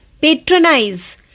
patronize